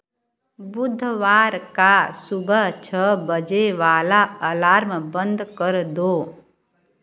बुधवार का सुबह छः बजे वाला अलार्म बंद कर दो